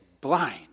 blind